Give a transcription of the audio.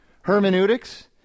Hermeneutics